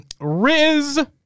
Riz